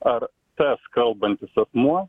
ar tas kalbantis asmuo